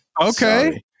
Okay